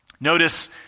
Notice